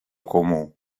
comú